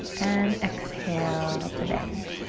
and exhale to bend.